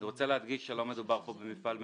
אני רוצה להדגיש שלא מדובר פה במפעל מלט.